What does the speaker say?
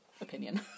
opinion